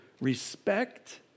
respect